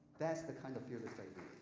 that's the kind of fearless like